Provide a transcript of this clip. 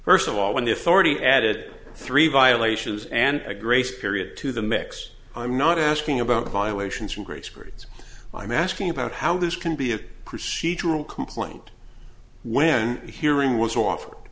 first of all when the authority added three violations and a grace period to the mix i'm not asking about violations from grace periods i'm asking about how this can be a procedural complaint when hearing was offered